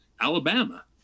Alabama